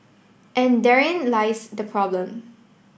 and therein lies the problem